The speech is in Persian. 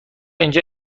اینجا